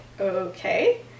okay